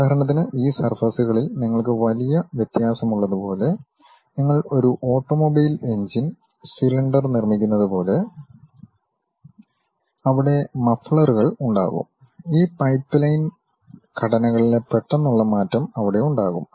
ഉദാഹരണത്തിന് ഈ സർഫസ്കളിൽ നിങ്ങൾക്ക് വലിയ വ്യത്യാസമുള്ളത് പോലെ നിങ്ങൾ ഒരു ഓട്ടോമൊബൈൽ എഞ്ചിൻ സിലിണ്ടർ നിർമ്മിക്കുന്നത് പോലെ അവിടെ മഫ്ലറുകൾ ഉണ്ടാകും ഈ പൈപ്പ്ലൈൻ ഘടനകളിലെ പെട്ടെന്നുള്ള മാറ്റം അവിടെ ഉണ്ടാകും